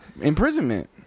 imprisonment